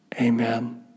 Amen